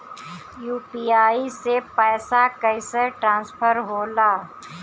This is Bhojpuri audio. यू.पी.आई से पैसा कैसे ट्रांसफर होला?